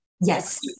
Yes